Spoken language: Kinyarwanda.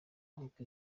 nk’uko